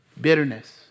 Bitterness